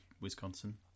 Wisconsin